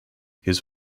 his